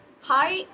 hi